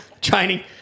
Training